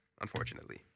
unfortunately